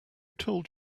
told